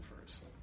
first